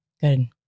Good